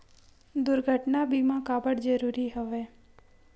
दुर्घटना बीमा काबर जरूरी हवय?